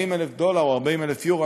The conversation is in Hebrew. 40,000 דולר או 40,000 יורו,